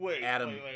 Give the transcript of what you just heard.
Adam-